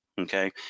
Okay